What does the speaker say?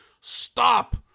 stop